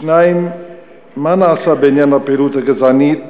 שאלה שנייה, מה נעשה בעניין הפעילות הגזענית